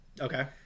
Okay